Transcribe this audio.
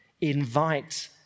Invite